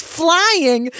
flying